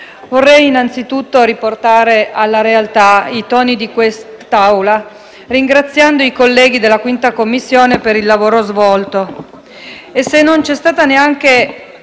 vorrei innanzitutto riportare alla realtà i toni di quest'Assemblea ringraziando i colleghi della 5a Commissione per il lavoro svolto